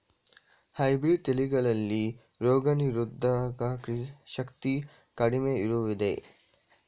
Hybrid ತಳಿಗಳಲ್ಲಿ ರೋಗನಿರೋಧಕ ಶಕ್ತಿ ಕಡಿಮೆ ಇರುವುದೇ?